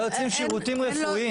לא יוצאים שירותים רפואיים.